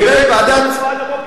אבל תראה, אחרי זה יש עוד איזה עשרה.